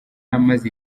amaze